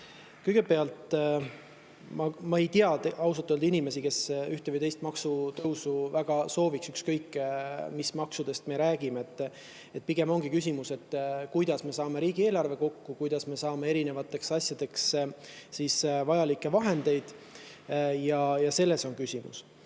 Kõigepealt, ma ei tea ausalt öelda inimesi, kes ühte või teist maksutõusu väga sooviks, ükskõik mis maksust me räägime. Pigem on küsimus selles, kuidas me saame riigieelarve kokku, kuidas me saame erinevateks asjadeks vajalikke vahendeid. Selles on küsimus.